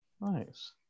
Nice